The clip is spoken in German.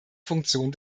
funktion